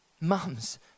mums